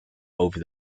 over